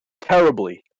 terribly